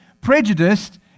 prejudiced